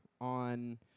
on